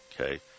okay